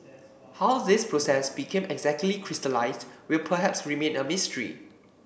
how this process became exactly crystallised will perhaps remain a mystery